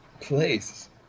place